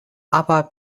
aber